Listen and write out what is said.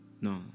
no